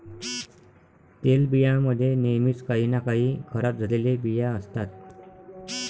तेलबियां मध्ये नेहमीच काही ना काही खराब झालेले बिया असतात